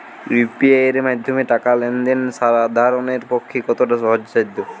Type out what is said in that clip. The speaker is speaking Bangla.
ইউ.পি.আই এর মাধ্যমে টাকা লেন দেন সাধারনদের পক্ষে কতটা সহজসাধ্য?